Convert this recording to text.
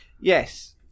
Yes